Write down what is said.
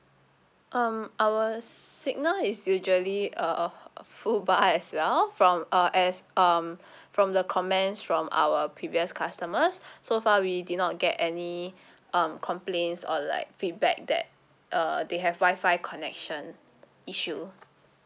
um our signal is usually a full bar as well from uh as um from the comments from our previous customers so far we did not get any um complaints or like feedback that uh they have wi-fi connection issue